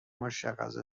مشخصی